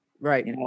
Right